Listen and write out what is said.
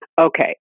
Okay